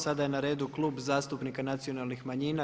Sada je na redu Klub zastupnika Nacionalnih manjina.